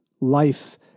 Life